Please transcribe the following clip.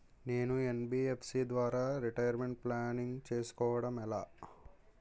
నేను యన్.బి.ఎఫ్.సి ద్వారా retirement planning చేసుకోవడం ఎలా?